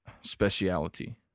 speciality